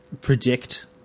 predict